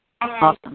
Awesome